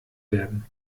werden